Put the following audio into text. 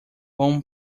bom